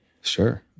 Sure